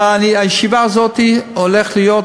בישיבה הזאת, מה שהולך להיות: